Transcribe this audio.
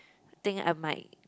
think I might